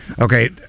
Okay